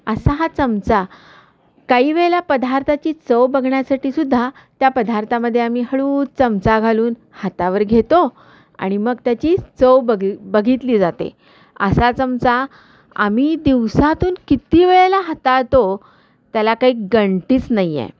असा हा चमचा काही वेळेला पदार्थाची चव बघण्यासाठी सुद्धा त्या पदार्थामध्ये आम्ही हळूच चमचा घालून हातावर घेतो आणि मग त्याची चव बघ बघितली जाते असा चमचा आम्ही दिवसातून किती वेळेला हाताळतो त्याला काही गणतीच नाही आहे